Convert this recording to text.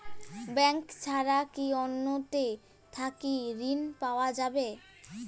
Bank ছাড়া কি অন্য টে থাকি ঋণ পাওয়া যাবে?